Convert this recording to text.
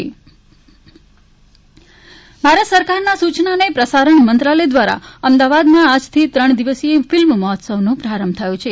film મહોત્સવ ભારત સરકારના સૂચના અને પ્રસારણ મંત્રાલય દ્વારા અમદાવાદમાં આજથી ત્રણ દિવસીય ફિલ્મ મહોત્સવનો પ્રારંભ થયો છે